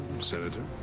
Senator